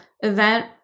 event